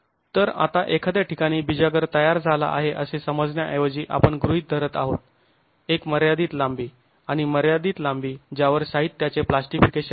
तर आता एखाद्या ठिकाणी बिजागर तयार झाला आहे असे समजण्याऐवजी आपण गृहीत धरत आहोत एक मर्यादित लांबी आणि मर्यादित लांबी ज्यावर साहित्याचे प्लास्टिफिकेशन आहे